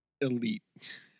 Elite